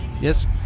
Yes